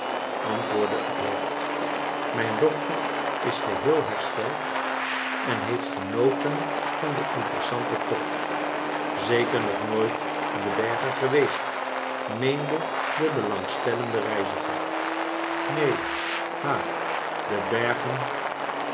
antwoordde het hoofd mijn dochter is geheel hersteld en heeft gene ten van den interessanten tocht zeker nog nooit in de bergen geweest meende de belangstellende reiziger neen ha de bergen